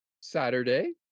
Saturday